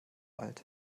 alt